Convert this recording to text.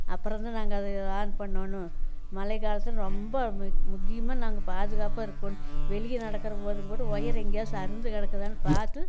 அப்பறம் வந்து நாங்கள் அதை ஆன் பண்ணனும் மழை காலத்தில் ரொம்ப மக் முக்கியமாக நாங்கள் பாதுகாப்பாக இருக்கேன் வெளிய நடக்கிறம்போதும் கூட ஒயர் எங்கேயா அறுந்து கிடக்குதானு பார்த்து